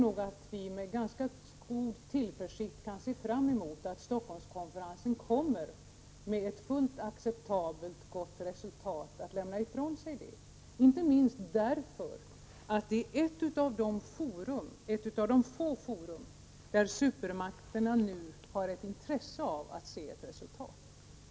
Vi kan nog med ganska god tillförsikt se fram mot att Helsingforsskonferensen kommer fram till ett fullt acceptabelt och gott resultat, inte minst därför att Helsingforsskonferensen är ett av de få fora där supermakterna nu har ett intresse av att se ett resultat.